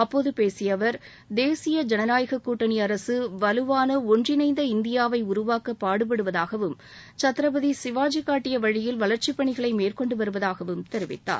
அப்போது பேசிய அவர் தேசிய ஜனநாயக கூட்டணி அரசு வலுவான ஒன்றிணைந்த இந்தியாவை உருவாக்க பாடுபடுவதாகவும் சத்ரபதி சிவாஜி அவர் காட்டிய வழியில் வளர்ச்சிப்பணிகளை மேற்கொண்டு வருவதாகவும் தெரிவித்தார்